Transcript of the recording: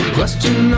Question